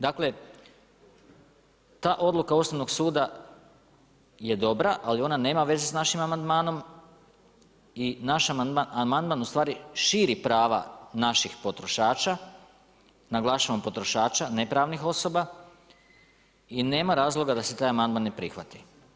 Dakle ta odluka Ustavnog suda je dobra ali ona nema veze sa našim amandmanom i naš amandman ustvari širi prava naših potrošača, naglašavam potrošača, ne pravnih osoba i nema razloga da se taj amandman ne prihvati.